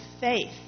faith